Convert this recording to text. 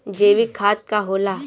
जैवीक खाद का होला?